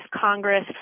Congress